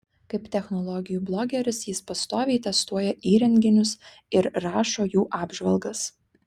kaip technologijų blogeris jis pastoviai testuoja įrenginius ir rašo jų apžvalgas